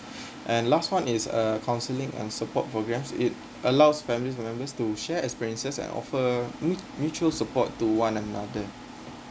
and last one is uh counseling and support programs it allows family members to share experiences and offer m~ mutual support to one another